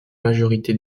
majorité